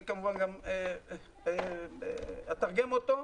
אני גם אתרגם אותו.